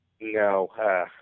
No